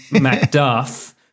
Macduff